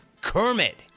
Kermit